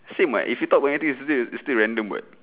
same [what] if you talk about anything is still is still random [what]